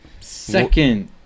second